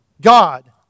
God